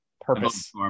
purpose